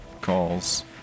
calls